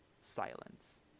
silence